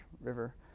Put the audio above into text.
River